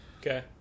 Okay